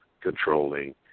controlling